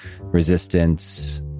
resistance